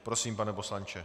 Prosím, pane poslanče.